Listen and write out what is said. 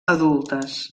adultes